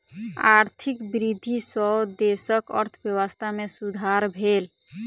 आर्थिक वृद्धि सॅ देशक अर्थव्यवस्था में सुधार भेल